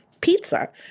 pizza